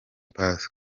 pasika